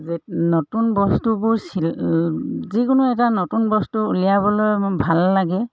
যে নতুন বস্তুবোৰ চিল যিকোনো এটা নতুন বস্তু উলিয়াবলৈ মোৰ ভাল লাগে